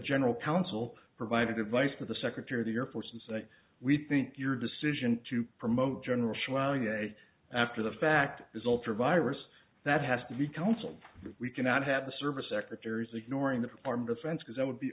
general counsel provided advice for the secretary of the air force and say we think your decision to promote general shall you say after the fact is alter virus that has to be counseled we cannot have the service secretaries ignoring the armed offense because that would be